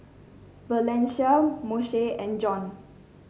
Valencia Moshe and John